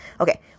Okay